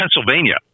Pennsylvania